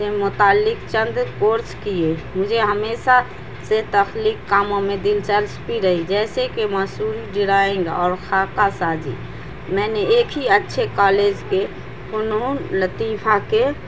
سے متعلق چند کورس کیے مجھے ہمیشہ سے تخلیقی کاموں میں دلچسپی رہی جیسے کہ مصوری ڈرائنگ اور خاکہ سازی میں نے ایک ہی اچھے کالج کے فنون لطیفہ کے